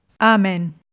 Amen